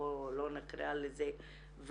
בואו לא נקרא לזה ועדה,